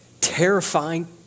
terrifying